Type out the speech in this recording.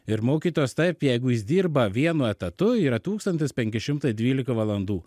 ir mokytojas taip jeigu jis dirba vienu etatu yra tūkstantis penki šimtai dvylika valandų